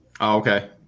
Okay